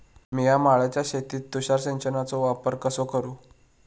मिया माळ्याच्या शेतीत तुषार सिंचनचो वापर कसो करू?